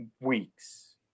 weeks